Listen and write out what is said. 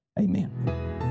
Amen